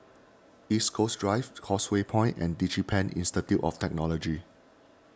East Coast Drive Causeway Point and DigiPen Institute of Technology